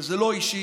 וזה לא אישי.